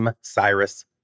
Cyrus